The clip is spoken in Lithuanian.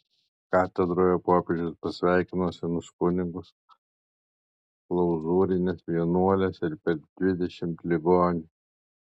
katedroje popiežius pasveikino senus kunigus klauzūrines vienuoles ir per dvidešimt ligonių